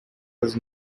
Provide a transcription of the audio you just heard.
has